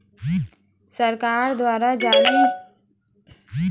सरकार दुवारा जारी करे गे बांड म ही कोनो परकार ले मनखे ल रिस्क नइ रहय